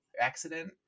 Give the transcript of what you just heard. accident